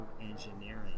engineering